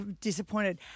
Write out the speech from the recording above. disappointed